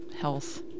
health